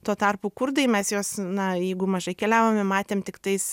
tuo tarpu kurdai mes juos na jeigu mažai keliavome matėm tiktais